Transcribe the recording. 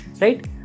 Right